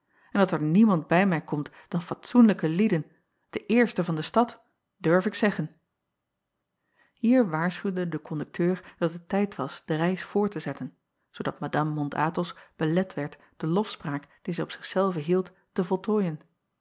en dat er niemand bij mij komt dan fatsoenlijke lieden de eersten van de stad durf ik zeggen ier waarschuwde de kondukteur dat het tijd was de reis voort te zetten zoodat adame ont thos belet werd de lofspraak die zij op zich zelve hield te voltooien